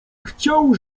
chciał